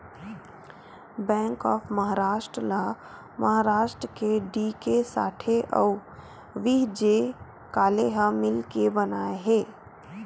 bank of Maharashtra ल महारास्ट के D K Sathe अउ व्ही.जी काले ह मिलके बनाए हे